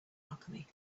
alchemy